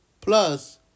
Plus